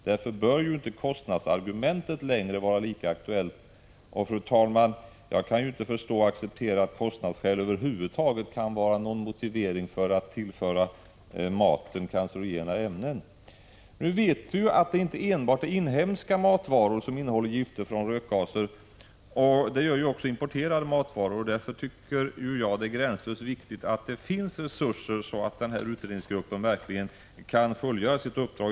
Därför bör inte kostnadsargumentet längre vara lika aktuellt. Jag kan, fru talman, inte förstå och acceptera att kostnadsskäl över huvud taget kan vara en motivering för att tillföra maten cancerogena ämnen. Nu vet vi ju att det inte enbart är inhemska matvaror som innehåller gifter från rökgaser; det gör också importerade matvaror. Därför tycker jag att det är gränslöst viktigt att denna utredningsgrupp får resurser att fullgöra sitt uppdrag.